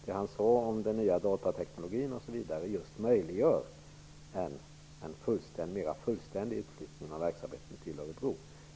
Det han sade om den nya datateknologin osv. möjliggör en mer fullständig utflyttning av verksamheten till Örebro.